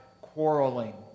quarreling